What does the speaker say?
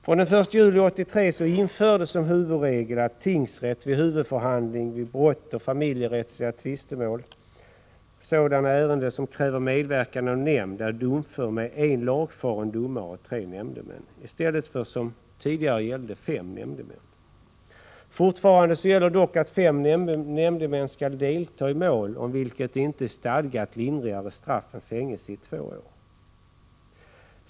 Från den 1 juli 1983 infördes som huvudregel att tingsrätt vid huvudförhandlingar i brottmål, familjerättsliga tvistemål och sådana ärenden som kräver medverkan av nämnd är domför med en lagfaren domare och tre nämndemän, i stället för, som gällde tidigare, fem nämndemän. Fortfarande gäller dock att fem nämndemän skall delta i mål om vilket inte är stadgat lindrigare straff än fängelse i två år.